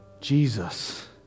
Jesus